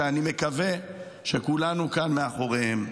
שאני מקווה שכולנו כאן מאחוריהם.